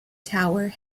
tower